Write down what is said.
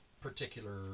particular